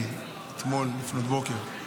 מאתמול לפנות בוקר.